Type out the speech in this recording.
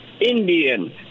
Indian